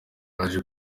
yaje